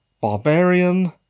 Barbarian